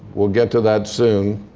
we'll get to that soon.